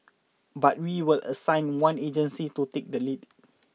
but we will assign one agency to take the lead